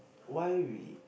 why we